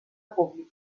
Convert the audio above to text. públic